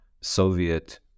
Soviet